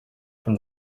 from